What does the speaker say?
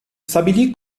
stabilì